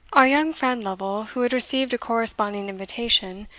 our young friend lovel, who had received a corresponding invitation,